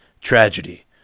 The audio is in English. Tragedy